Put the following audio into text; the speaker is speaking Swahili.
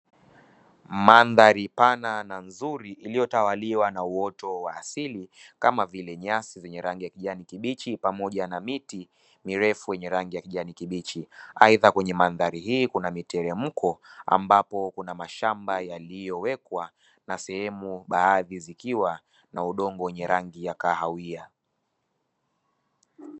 Mandhari pana na nzuri iliyotawaliwa na uoto wa asili kama vile nyasi zenye rangi ya kijani kibichi, pamoja na miti mirefu yenye rangi ya kijani kibichi, aidha kwenye mandhari hii kuna miteremko ambapo kuna mashamba yaliyowekwa na sehemu baadhi zikiwa na udongo wenye rangi ya kahawia.